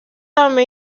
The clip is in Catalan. també